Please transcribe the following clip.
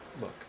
look